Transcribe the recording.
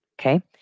Okay